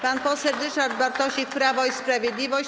Pan poseł Ryszard Bartosik, Prawo i Sprawiedliwość.